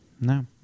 No